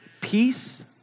peace